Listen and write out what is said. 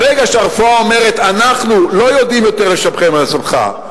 ברגע שהרפואה אומרת: אנחנו לא יודעים לשפר את מצבך,